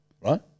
right